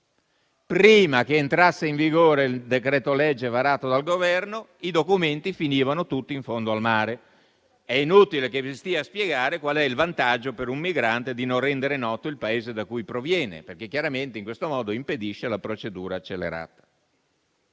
Prima che entrasse in vigore il decreto-legge varato dal Governo, i documenti finivano tutti in fondo al mare. È inutile che vi stia a spiegare qual è il vantaggio per un migrante di non rendere noto il Paese da cui proviene, perché chiaramente in questo modo impedisce la procedura accelerata.